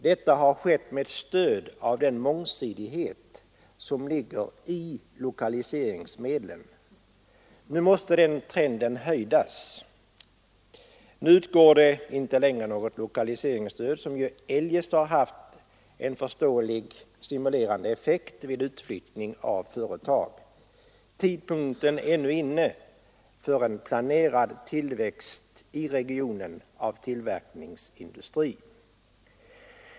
Detta har skett med stöd av den mångsidighet som ligger i lokaliseringsmedlen. Nu måste den trenden hejdas. Nu utgår inte längre något lokaliseringsstöd som ju eljest har haft en förståeligt stimulerande effekt vid utflyttning av företag. Tidpunkten är nu inne för en planerad tillväxt i regionen av tillverkningsindustri.